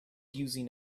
using